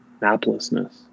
maplessness